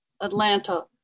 Atlanta